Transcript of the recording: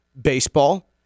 baseball